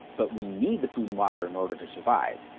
but we need the food and water in order to survive.